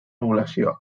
població